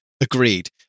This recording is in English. Agreed